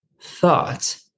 thought